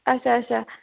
اچھا اچھا